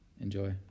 Enjoy